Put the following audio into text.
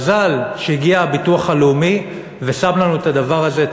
מזל שהגיע הביטוח הלאומי ושם לנו את הדבר הזה,